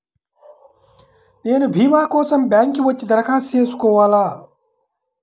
నేను భీమా కోసం బ్యాంక్కి వచ్చి దరఖాస్తు చేసుకోవాలా?